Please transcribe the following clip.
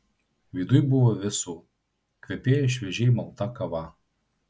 viduj buvo vėsu kvepėjo šviežiai malta kava